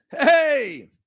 Hey